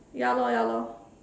ya lor ya lor